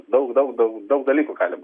daug daug daug daug dalykų galima